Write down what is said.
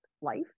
life